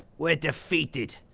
we're defeated,